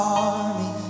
army